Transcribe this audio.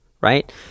right